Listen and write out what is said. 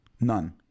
None